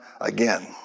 again